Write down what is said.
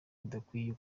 bidakwiye